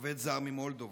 עובד זר ממולדובה,